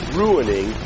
ruining